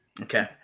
Okay